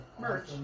Merch